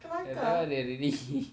ya lah dia dia ini